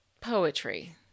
poetry